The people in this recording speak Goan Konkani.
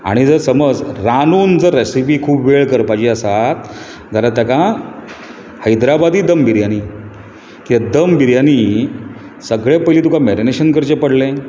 आनी जर समज रांदून जर रेसिपी खूब वेळ करपाची आसा जाल्यार ताका हैद्राबादी दम बिर्यांनी कित्याक दम बिर्यांनी सगळ्यांत पयलीं तुका मॅरिनेशन करचें पडलें